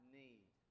need